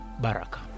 Baraka